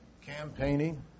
campaigning